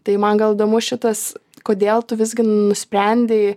tai man gal įdomu šitas kodėl tu visgi nusprendei